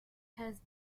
has